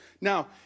Now